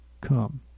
come